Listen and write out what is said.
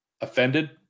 offended